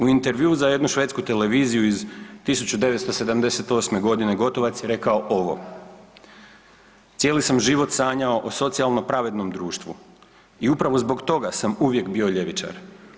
U intervjuu za jednu švedsku televiziju iz 1978. godine Gotovac je rekao ovo „Cijeli sam život sanjao o socijalno pravednom društvu i upravo zbog toga sam uvijek bio ljevičar.